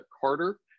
Carter